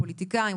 הפוליטיקאים,